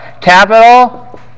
capital